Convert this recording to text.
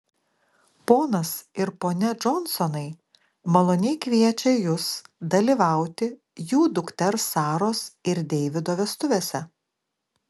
ponas ir ponia džonsonai maloniai kviečia jus dalyvauti jų dukters saros ir deivido vestuvėse